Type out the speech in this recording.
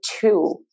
two